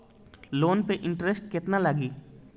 Loan पे interest केतना लागी?